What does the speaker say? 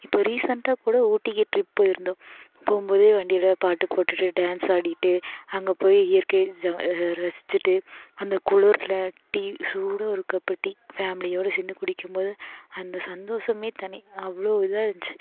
இப்போ ரீசண்டாக கூட ஊட்டிக்கு ட்ரிப் போயிருந்தோம் போகும்போதே வண்டியில் பாட்டு போட்டுகிட்டு டான்ஸ் ஆடிகிட்டு அங்கே போய் இயற்கை ஜ ரசிச்சுட்டு அந்த குளுரில் டீ சூடாக ஒரு கப்பு டீ ஃபேம்லியோடு சேர்ந்து குடிக்கும்போது அந்த சந்தோஷமே தனி அவ்வளோ இதாக இருந்துச்சு